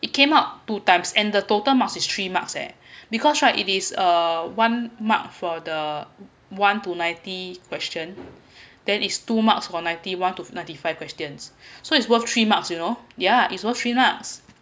it came out two times and the total marks is three marks eh because right it is uh one mark for the one to ninety question then is two marks for ninety one to ninety five questions so it's worth three marks you know yeah it worth three marks